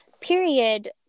period